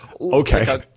Okay